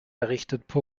errichtet